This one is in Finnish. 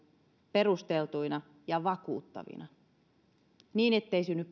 perusteltuina ja vakuuttavina niin ettei synny